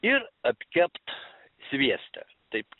ir apkept svieste taip